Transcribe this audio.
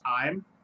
time